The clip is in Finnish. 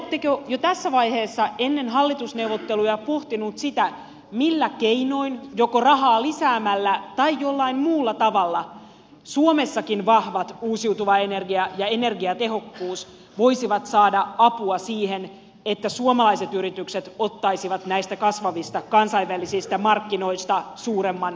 oletteko jo tässä vaiheessa ennen hallitusneuvotteluja pohtinut sitä millä keinoin joko rahaa lisäämällä tai jollain muulla tavalla suomessakin vahvat uusiutuva energia ja energiatehokkuus voisivat saada apua siihen että suomalaiset yritykset ottaisivat näistä kasvavista kansainvälisistä markkinoista suuremman osuuden